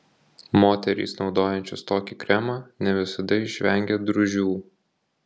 moterys naudojančios tokį kremą ne visada išvengia drūžių